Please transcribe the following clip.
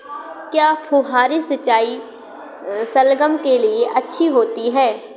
क्या फुहारी सिंचाई शलगम के लिए अच्छी होती है?